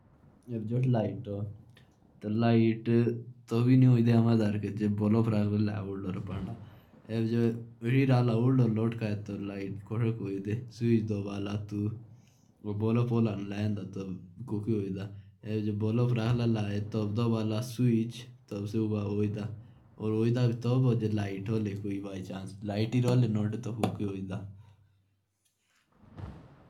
जैसे अभी एक बल्ब है तो वो तभी जलेगा जब लाइट होगी वरना वो नहीं जलेगा।